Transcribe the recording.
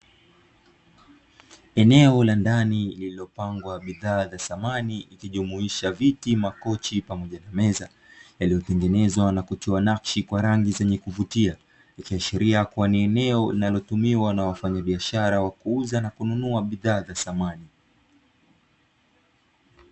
Eneo la ndani lililopangwa bidhaa za samani ikijumuisha viti, makochi pamoja na meza yaliyotengenezwa na kutiwa nakshi kwa rangi zenye kuvutia ikiashiria kuwa ni eneo linalotumiwa na wafanyabishara wa kuuza na kununua bidhaa za samani.